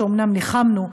שאומנם ניחמנו,